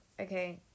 Okay